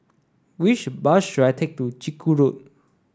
which bus should I take to Chiku Road